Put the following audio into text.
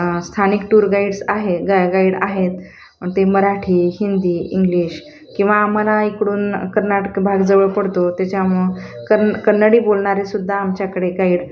स्थानिक tour guides आहे गाय गाईड आहेत ते मराठी हिंदी इंग्लिश किंवा आम्हाला इकडून कर्नाटक भाग जवळ पडतो त्याच्यामुं कन कन्नडी बोलणारे सुद्धा आमच्याकडे गाईड